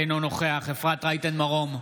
אינו נוכח אפרת רייטן מרום,